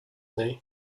knee